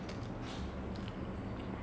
now okay I know that this is not